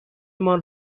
مان